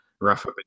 Rafa